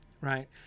Right